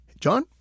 John